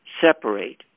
separate